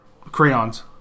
crayons